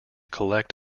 collect